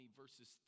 verses